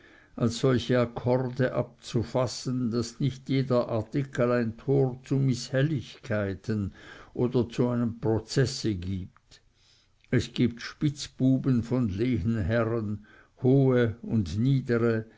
als solche akkorde so abzufassen daß nicht jeder artikel ein tor zu mißhelligkeiten oder zu einem prozesse wird es gibt spitzbuben von lehenherren hohe und niedere